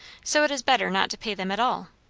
so it is better not to pay them at all.